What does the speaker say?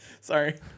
Sorry